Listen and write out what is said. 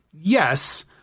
yes